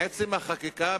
בעצם החקיקה,